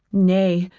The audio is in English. nay,